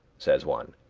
says one,